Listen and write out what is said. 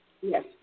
Yes